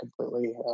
completely